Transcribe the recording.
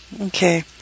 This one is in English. okay